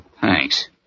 Thanks